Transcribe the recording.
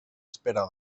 espera